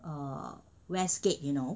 er Westgate you know